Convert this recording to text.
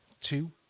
two